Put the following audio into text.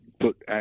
put